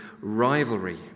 rivalry